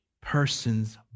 person's